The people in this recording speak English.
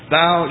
Thou